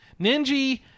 Ninji